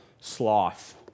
sloth